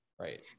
right